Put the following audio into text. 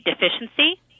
deficiency